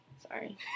sorry